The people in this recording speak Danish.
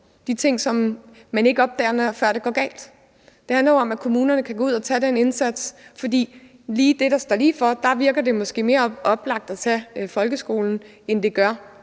de ting, som man ikke opdager, før det går galt. Det handler jo om, at kommunerne kan gå ud og gøre den indsats, for hvad angår det, der står lige for, virker det måske mere oplagt at give folkeskolen penge end